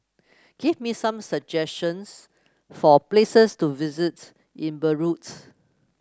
give me some suggestions for places to visit in Beirut